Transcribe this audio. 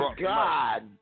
God